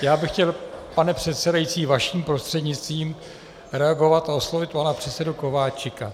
Já bych chtěl, pane předsedající, vaším prostřednictvím reagovat a oslovit pana předsedu Kováčika.